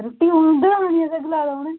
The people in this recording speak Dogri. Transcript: रूट्टी उं'दे घर खानी गलाए दा उ'नें